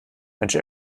mensch